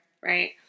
Right